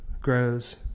grows